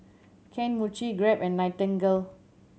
Kane Mochi Grab and Nightingale